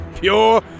pure